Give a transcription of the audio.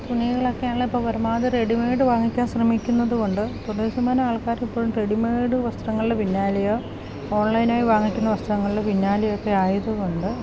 തുണികളൊക്കെ ഉള്ളപ്പോൾ പരമാവധി റെഡിമേഡ് വാങ്ങിക്കാൻ ശ്രമിക്കുന്നത് കൊണ്ട് തൊണ്ണൂറ് ശതമാനം ആൾക്കാര് ഇപ്പോൾ റെഡിമെയ്ഡ് വസ്ത്രങ്ങളില് പിന്നാലയോ ഓൺലൈനായി വാങ്ങിക്കുന്ന വസ്ത്രങ്ങളില് പിന്നാലെയോ ആയത് കൊണ്ട്